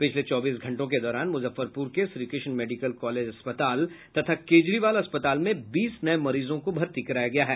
पिछले चौबीस घंटों के दौरान मुजफ्फरपुर के श्रीकृष्ण मेडिकल कॉलेज अस्पताल तथा केजरीवाल अस्पताल में बीस नये मरीजों को भर्ती कराया गया है